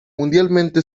mundialmente